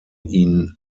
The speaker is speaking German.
ihn